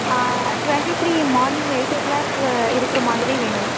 twenty three morning eight o'clock இருக்கிற மாதிரி வேணும்